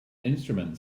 instrument